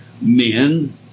men